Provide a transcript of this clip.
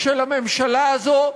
של הממשלה הזו,